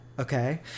Okay